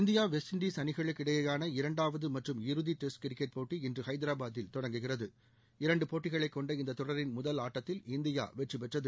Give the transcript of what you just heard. India West Indies அணிகளுக்கிடையேயான இரண்டாவது மற்றும் இறுதி டெஸ்ட் கிரிக்கெட் போட்டி இன்று ஹைதராபாத்தில் தொடங்குகிறது இரண்டு போட்டிகளை கொண்ட இந்த தொடரின் முதல் ஆட்டத்தில் இந்தியா வெற்றி பெற்றது